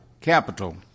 capital